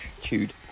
Chewed